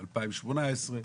2018,